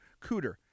Cooter